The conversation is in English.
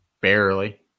barely